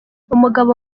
umugabo